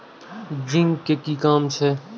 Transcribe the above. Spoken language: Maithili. जिंक के कि काम छै?